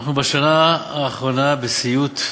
אנחנו בשנה האחרונה בסיוט,